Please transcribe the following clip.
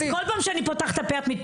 יפעת את מתפרצת כל פעם שאני פותחת את הפה.